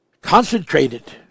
concentrated